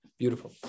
Beautiful